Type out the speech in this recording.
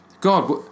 god